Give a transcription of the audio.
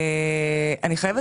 אני חושבת